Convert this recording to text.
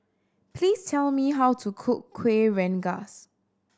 please tell me how to cook Kuih Rengas